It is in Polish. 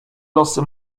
losy